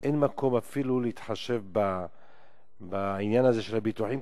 אין מקום אפילו להתחשב בעניין הזה של הביטוחים,